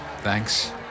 Thanks